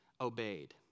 obeyed